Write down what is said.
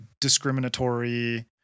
discriminatory